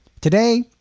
Today